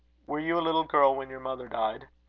were you a little girl when your mother died?